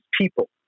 people